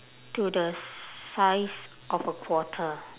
to the size of a quarter